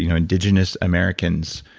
you know indigenous americans.